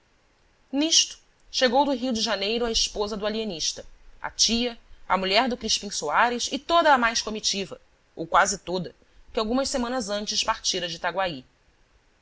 nisto chegou do rio de janeiro a esposa do alienista a tia a mulher do crispim soares e toda a mais comitiva ou quase todaque algumas semanas antes partira de itaguaí